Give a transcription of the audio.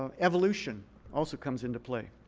um evolution also comes into play.